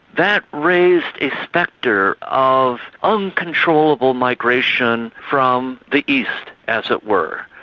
that raised a spectre of uncontrollable migration from the east, as it were.